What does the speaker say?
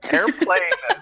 Airplane